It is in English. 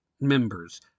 members